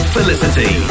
Felicity